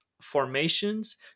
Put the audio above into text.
formations